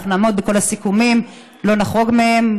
אנחנו נעמוד בכל הסיכומים, לא נחרוג מהם.